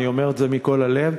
אני אומר את זה מכל הלב,